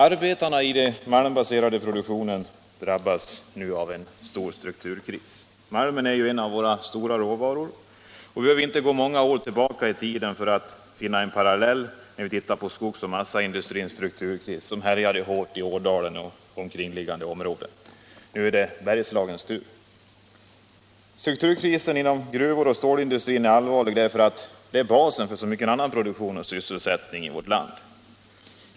Arbetarna i den malmbaserade produktionen drabbas nu av en stor strukturkris. Malmen är ju en av våra stora råvaror. Vi behöver inte gå många år tillbaka i tiden för att finna en parallell i skogs och massaindustrins strukturkris, som härjade hårt i Ådalen och omkringliggande områden. Nu är det Bergslagens tur. Strukturkrisen inom gruv och stålindustrin är allvarlig därför att denna industri är basen för så mycken annan sysselsättning i vårt land.